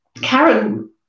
Karen